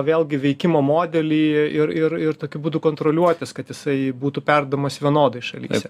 vėlgi veikimo modelį ir ir ir tokiu būdu kontroliuotis kad jisai būtų perduodamas vienodai šalyse